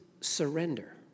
surrender